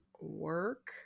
Work